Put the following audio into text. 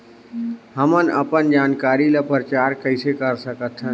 हमन अपन जानकारी ल प्रचार कइसे कर सकथन?